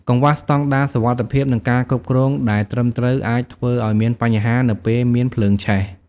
កង្វះស្តង់ដារសុវត្ថិភាព និងការគ្រប់គ្រងដែលត្រឹមត្រូវអាចធ្វើឱ្យមានបញ្ហានៅពេលមានភ្លើងឆេះ។